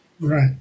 Right